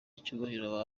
icyubahiro